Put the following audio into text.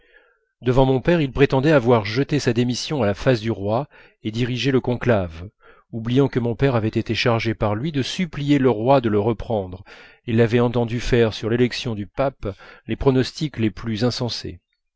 devant mon père il prétendait avoir jeté sa démission à la face du roi et dirigé le conclave oubliant que mon père avait été chargé par lui de supplier le roi de le reprendre et l'avait entendu faire sur l'élection du pape les pronostics les plus insensés